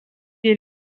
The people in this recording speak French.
est